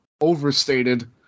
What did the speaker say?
overstated